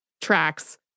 tracks